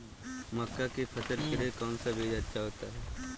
मक्का की फसल के लिए कौन सा बीज अच्छा होता है?